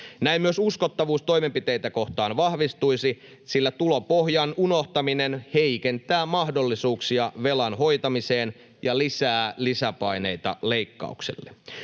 Näin myös uskottavuus toimenpiteitä kohtaan vahvistuisi, sillä tulopohjan unohtaminen heikentää mahdollisuuksia velan hoitamiseen ja lisää lisäpaineita leikkauksille.